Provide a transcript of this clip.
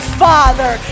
father